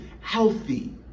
healthy